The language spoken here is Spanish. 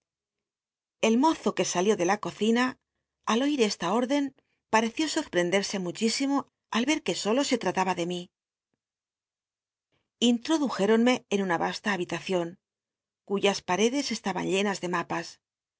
el mozo que salió de la cocina al oir esta órdcn pareció sopcndesc muchísimo al er que solo se ll ltilba de mi lnl rodujél'olllllc en una vasta habitacion cuyas pacdes cstabau llenas de mapas